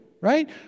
right